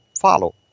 follow